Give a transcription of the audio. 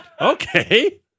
Okay